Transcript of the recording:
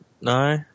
No